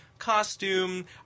Costume